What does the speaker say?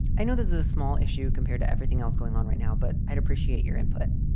i know there's a small issue compared to everything else going on right now, but i'd appreciate your input.